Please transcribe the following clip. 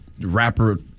rapper